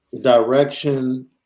direction